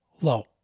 low